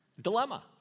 Dilemma